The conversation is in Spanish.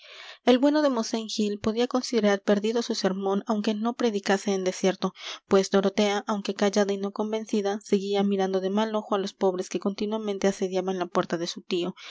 el bueno de mosén gil podía considerar perdido su sermón aunque no predicase en desierto pues dorotea aunque callada y no convencida seguía mirando de mal ojo á los pobres que continuamente asediaban la puerta de su tío